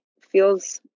feels